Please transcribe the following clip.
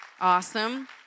Awesome